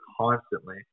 constantly